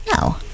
No